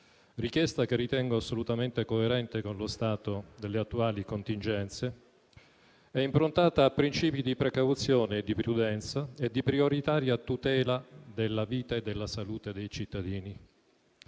richiesta che ritengo assolutamente coerente con lo stato delle attuali contingenze e improntata a principi di precauzione, di prudenza e di prioritaria tutela della vita e della salute dei cittadini.